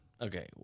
Okay